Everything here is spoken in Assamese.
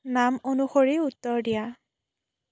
নাম অনুসৰি উত্তৰ দিয়া